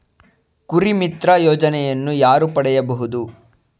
ಕುರಿಮಿತ್ರ ಯೋಜನೆಯನ್ನು ಯಾರು ಪಡೆಯಬಹುದು?